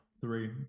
Three